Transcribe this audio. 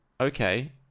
okay